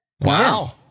Wow